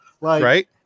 Right